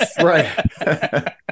Right